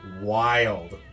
wild